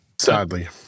Sadly